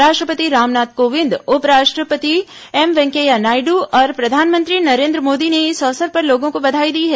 राष्ट्रपति रामनाथ कोविंद उप राष्ट्रपति एम वेंकैया नायड् और प्रधानमंत्री नरेंद्र मोदी ने इस अवसर पर लोगों को बधाई दी है